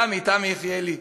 תמי יחיאלי.